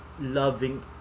loving